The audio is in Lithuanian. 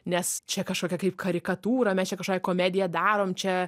nes čia kažkokia kaip karikatūra mes čia kažkokią komediją darom čia